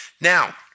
now